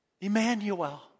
Emmanuel